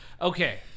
okay